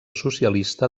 socialista